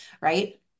right